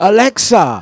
Alexa